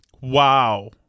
wow